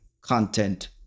content